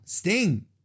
Sting